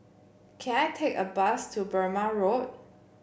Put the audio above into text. can I take a bus to Burmah Road